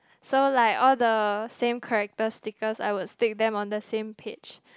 so like all the same character stickers I would stick them on the same page